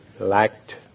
lacked